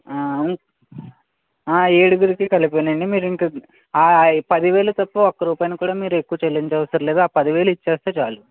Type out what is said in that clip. అవున్ ఏడుగురుకి కలిపేనండి మీరు ఇంకా ఆ పది వేలు తప్ప ఒక్క రూపాయి కూడా చెల్లించ అవసరం లేదు పది వేలు ఇచ్చేస్తే చాలు